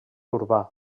urbà